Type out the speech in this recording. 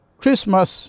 Christmas